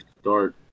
start